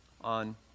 On